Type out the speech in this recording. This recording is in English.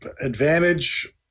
advantage